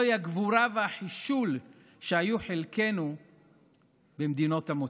אלו הגבורה והחישול שהיו חלקנו במדינות המוצא.